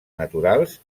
naturals